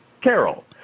Carol